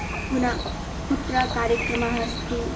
पुनः कुत्र कार्यक्रमः अस्ति